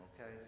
Okay